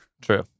true